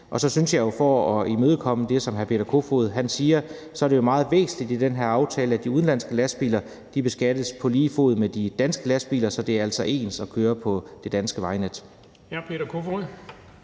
og så synes jeg jo – for at imødekomme det, som hr. Peter Kofod siger – at det er meget væsentligt i den her aftale, at de udenlandske lastbiler beskattes på lige fod med de danske lastbiler, så det altså er ens for alle at køre på det danske vejnet.